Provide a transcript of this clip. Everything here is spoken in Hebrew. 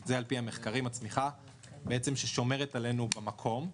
זאת הצמיחה על פי המחקרים ששומרת עלינו במקום.